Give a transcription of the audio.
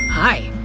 hi!